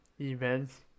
events